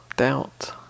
Doubt